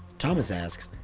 thomas asks,